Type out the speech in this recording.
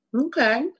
Okay